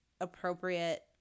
appropriate